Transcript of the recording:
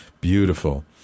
Beautiful